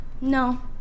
No